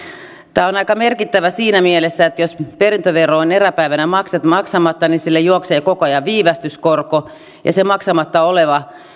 tämä on aika merkittävää siinä mielessä että jos perintövero on eräpäivänä maksamatta niin sille juoksee koko ajan viivästyskorkoa ja se maksamatta oleva